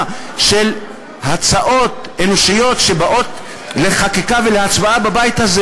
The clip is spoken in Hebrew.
של הצעות אנושיות שבאות לחקיקה ולהצבעה בבית הזה